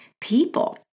people